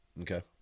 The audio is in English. Okay